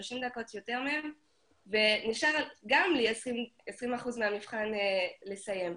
30 דקות יותר מהם וגם לי נשאר 20% מהמבחן לסיים,